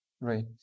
right